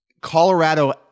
Colorado